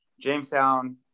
Jamestown